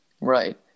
Right